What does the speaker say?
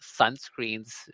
sunscreens